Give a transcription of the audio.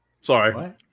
Sorry